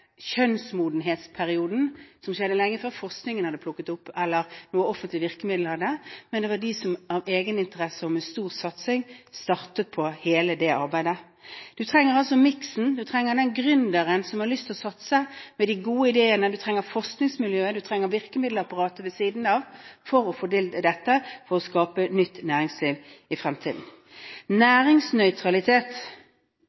kjønnsmodenhetsperioden, gjorde det lenge før forskningen hadde plukket det opp eller det var noen offentlige virkemidler for det. Det var de som av egeninteresse og med stor satsing startet hele det arbeidet. Du trenger altså miksen, du trenger den gründeren som har lyst til å satse med de gode ideene, du trenger forskningsmiljøet, og du trenger virkemiddelapparatet ved siden av for å få til dette – for å skape nytt næringsliv i fremtiden.